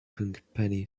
company